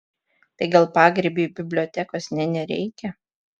tai gal pagrybiui bibliotekos nė nereikia